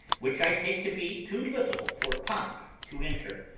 which i take to be too little for pomp to enter.